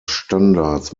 standards